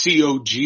COG